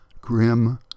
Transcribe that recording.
grim